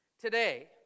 today